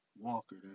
Walker